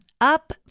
Up